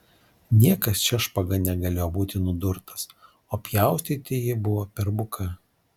niekas šia špaga negalėjo būti nudurtas o pjaustyti ji buvo per buka